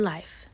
Life